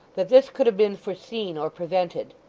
that this could have been foreseen or prevented.